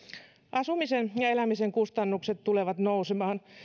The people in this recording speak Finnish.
asumisen ja elämisen kustannukset tulevat nousemaan